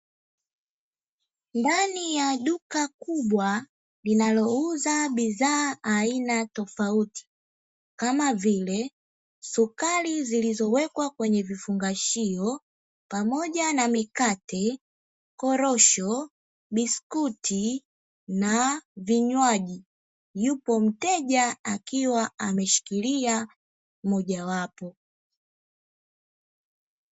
Ndani ya duka kubwa linalouza bidhaa aina tofauti kama vile sukari zikizowekwa kwenye vifungashio pamoja na mikate, korosho, biskuti na vinywaji yupo mteja akiwa ameshikilia moja wapo.